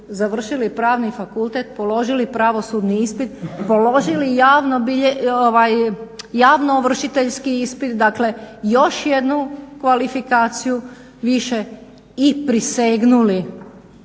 završili Pravni fakultet, položili pravosudni ispit, položili javno-ovršiteljski ispit, dakle još jednu kvalifikaciju više i prisegnuli